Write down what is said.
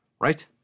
Right